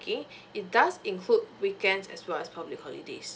it does include weekends as well as public holidays